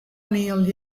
neil